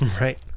Right